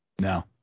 No